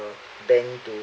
bank to